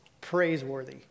praiseworthy